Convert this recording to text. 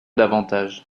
davantage